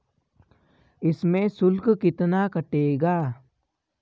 इसमें शुल्क कितना कटेगा?